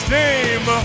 name